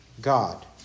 God